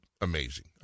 amazing